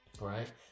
right